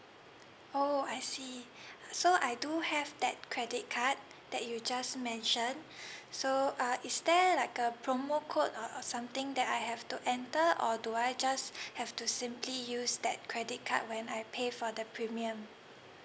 oo I see so I do have that credit card that you just mentioned so uh is there like a promo code or or something that I have to enter or do I just have to simply use that credit card when I pay for the premium